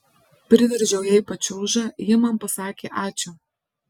priveržiau jai pačiūžą ji man pasakė ačiū